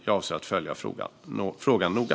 Jag avser att följa frågan noga.